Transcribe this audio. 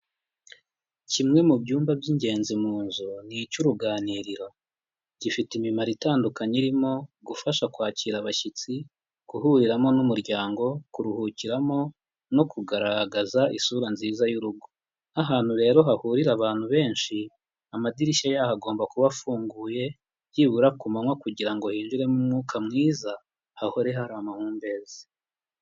Kimwe mu byumba by'ingenzi mu nzu ni icy'uruganiriro. Gifite imimaro itandukanye irimo: gufasha kwakira abashyitsi, guhuriramo n'umuryango, kuruhukiramo no kugaragaza isura nziza y'urugo. Nk'ahantu rero hahurira abantu benshi, amadirishya yaho agomba kuba afunguye byibura ku manywa kugira ngo hinjiremo umwuka mwiza, hahore hari amahumbezi.